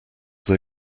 they